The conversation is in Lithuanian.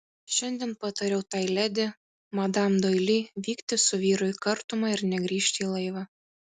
šiandien patariau tai ledi madam doili vykti su vyru į kartumą ir negrįžti į laivą